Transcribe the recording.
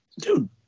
Dude